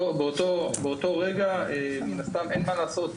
באותו רגע מן הסתם אין מה לעשות.